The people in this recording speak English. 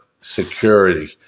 security